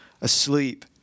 asleep